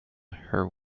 her